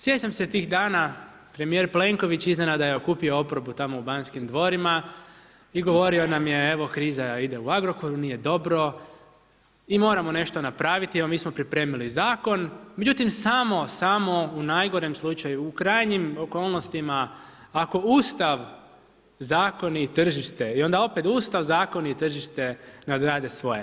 Sjećam se tih dana premijer Plenković iznenada je okupio oporbu tamo u Banskim dvorima i govorio nam je evo kriza u Agrokoru nije dobro i moramo nešto napraviti, evo mi smo pripremili zakona, međutim samo, samo u najgorem slučaju u krajnjim okolnostima ako Ustav, zakoni i tržište i onda opet Ustav, zakoni i tržište ne odrade svoje.